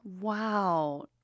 Wow